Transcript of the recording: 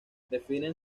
definen